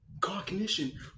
Cognition